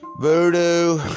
voodoo